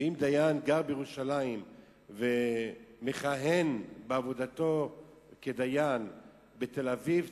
ואם דיין גר בירושלים ומכהן בעבודתו כדיין בתל-אביב,